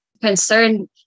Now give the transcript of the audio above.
concern